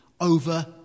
over